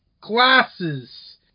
Glasses